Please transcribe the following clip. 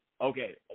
okay